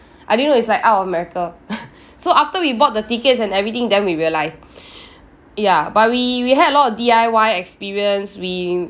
I didn't know it's like out of america so after we bought the tickets and everything then we realise ya but we we had a lot of D_I_Y experience we